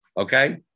Okay